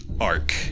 arc